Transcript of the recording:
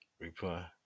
Reply